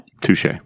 Touche